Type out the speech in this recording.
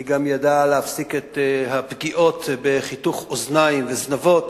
היא גם ידעה להפסיק את הפגיעות בחיתוך אוזניים וזנבות